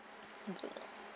don't know